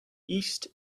east